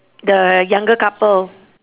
the younger couple